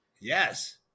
Yes